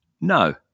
no